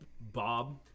Bob